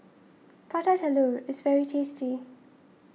Prata Telur is very tasty